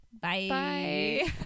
Bye